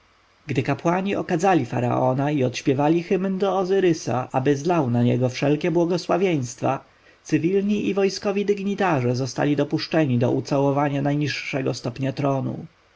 gdy kapłani okadzili faraona i odśpiewali hymn do ozyrysa aby zlał na niego wszelkie błogosławieństwa cywilni i wojskowi dygnitarze zostali dopuszczeni do ucałowania najniższego stopnia tronu